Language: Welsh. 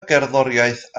gerddoriaeth